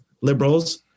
liberals